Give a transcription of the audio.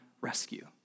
rescue